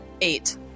Eight